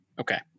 Okay